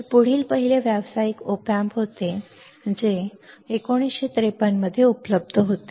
तर पुढील पहिले व्यावसायिक ऑप एम्प होते जे 1953 मध्ये उपलब्ध होते